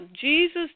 Jesus